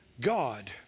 God